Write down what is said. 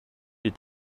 des